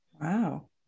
Wow